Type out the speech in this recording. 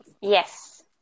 Yes